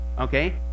okay